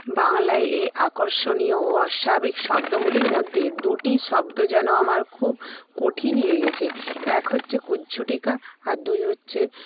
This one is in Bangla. বাংলায় এ আকর্ষণীয় ও অস্বাভাবিক শব্দগুলির মধ্যে দুটি শব্দ যেন আমার খুব কঠিন লেগেছে এক হচ্ছে কুজ্ঝটিকা আর দুই হচ্ছে